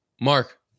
Mark